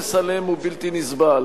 שהעומס עליהם הוא בלתי נסבל,